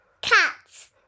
Cats